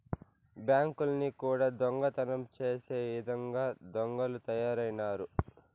బ్యాంకుల్ని కూడా దొంగతనం చేసే ఇదంగా దొంగలు తయారైనారు